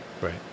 Right